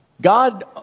God